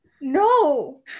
No